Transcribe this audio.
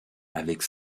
avec